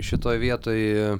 šitoj vietoj